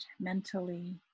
mentally